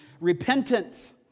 repentance